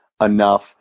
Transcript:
enough